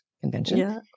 convention